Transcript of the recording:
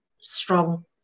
strong